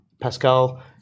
Pascal